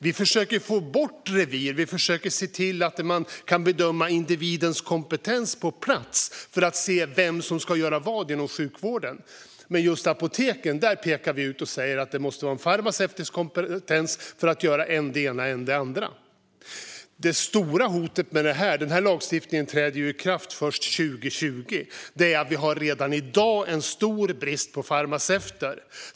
Vi försöker få bort revir, och vi försöker se till att man kan bedöma individens kompetens på plats för att se vem som ska göra vad inom sjukvården. Men just apoteken pekar vi ut och säger att det där måste till en farmaceutisk kompetens för att göra än det ena, än det andra. Lagstiftningen träder i kraft först 2020, och det stora hotet är att vi redan i dag har en stor brist på farmaceuter.